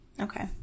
Okay